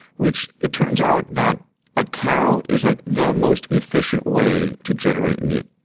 which it turns out that a cow is like the most efficient way to generate meat.